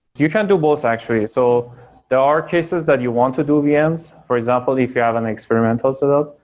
you can do both actually. so there are cases that you want to do vms. for example if you have an experimental setup.